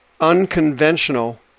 unconventional